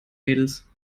mädels